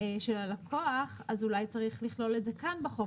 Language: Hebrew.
של הלקוח, אז אולי צריך לכלול את זה כאן בחוק.